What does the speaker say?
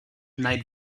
night